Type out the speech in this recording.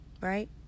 Right